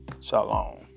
Shalom